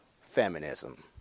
feminism